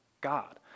God